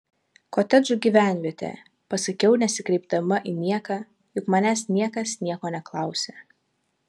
kotedžų gyvenvietė pasakiau nesikreipdama į nieką juk manęs niekas nieko neklausė